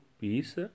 peace